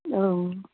औ